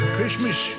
Christmas